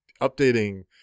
updating